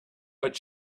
but